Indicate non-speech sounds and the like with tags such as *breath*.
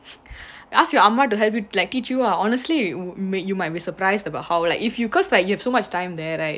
*breath* ask your amma: amma to help you to teach you honestly you you might be surprised about how like if you cause like you have so much time there right